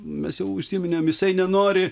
mes jau užsiminėm jisai nenori